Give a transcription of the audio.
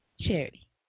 charity